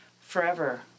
forever